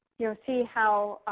you know see how